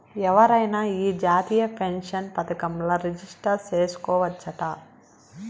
ఎవరైనా ఈ జాతీయ పెన్సన్ పదకంల రిజిస్టర్ చేసుకోవచ్చట